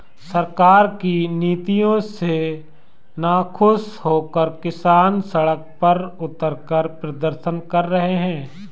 सरकार की नीतियों से नाखुश होकर किसान सड़क पर उतरकर प्रदर्शन कर रहे हैं